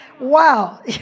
Wow